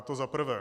To zaprvé.